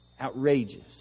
outrageous